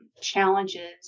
challenges